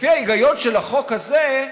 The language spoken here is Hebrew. לפי ההיגיון של החוק הזה,